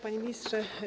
Panie Ministrze!